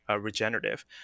regenerative